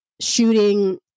shooting